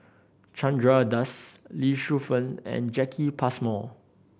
Chandra Das Lee Shu Fen and Jacki Passmore